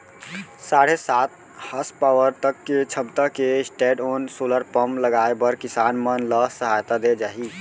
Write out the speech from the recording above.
साढ़े सात हासपावर तक के छमता के स्टैंडओन सोलर पंप लगाए बर किसान मन ल सहायता दे जाही